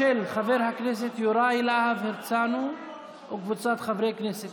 של חבר הכנסת יוראי להב הרצנו וקבוצת חברי הכנסת.